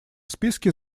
списке